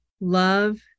love